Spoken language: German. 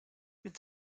mit